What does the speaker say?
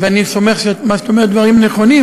ואני סומך שמה שאת אומרת אלה דברים נכונים,